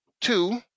two